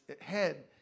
head